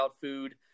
food